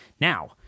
Now